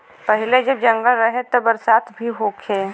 पहिले जब जंगल रहे त बरसात भी खूब होखे